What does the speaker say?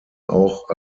auch